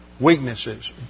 weaknesses